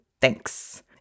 Thanks